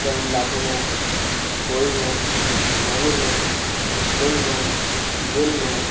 যেমন ল্যাটা মাছ কই মাছ মাগুর মাছ শোল মাছ জিওল মাছ